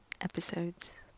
episodes